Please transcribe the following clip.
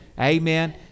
Amen